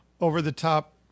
over-the-top